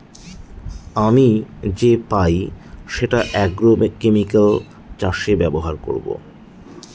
আমি যে পাই সেটা আগ্রোকেমিকাল চাষে ব্যবহার করবো